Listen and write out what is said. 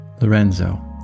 Lorenzo